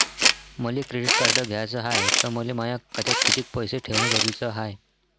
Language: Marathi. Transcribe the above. मले क्रेडिट कार्ड घ्याचं हाय, त मले माया खात्यात कितीक पैसे ठेवणं जरुरीच हाय?